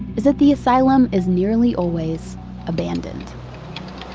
is that the asylum is nearly always abandoned